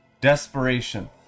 Desperation